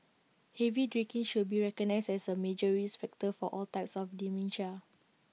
heavy drinking should be recognised as A major risk factor for all types of dementia